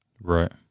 Right